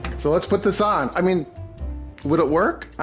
so let's put this on. i mean would it work, i